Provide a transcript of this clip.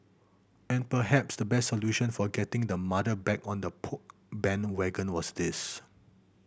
and perhaps the best solution for getting the mother back on the Poke bandwagon was this